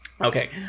Okay